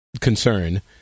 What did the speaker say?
concern